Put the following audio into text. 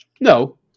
No